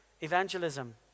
evangelism